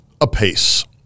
apace